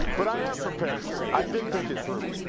but i am prepared. i did think it through.